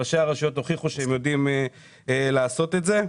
ראשי הרשויות הוכיחו שהם יודעים לעשות את זה.